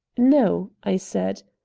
no, i said,